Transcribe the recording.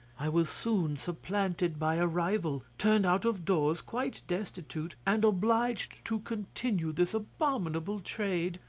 i was soon supplanted by a rival, turned out of doors quite destitute, and obliged to continue this abominable trade,